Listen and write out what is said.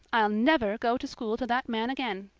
i'll never go to school to that man again.